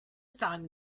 sun